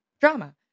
drama